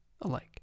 alike